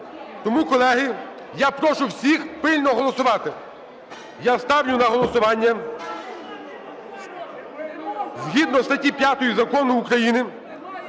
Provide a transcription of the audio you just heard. Тому, колеги, я прошу всіх пильно голосувати. Я ставлю на голосування, згідно статті 5 Закону України